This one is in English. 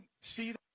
see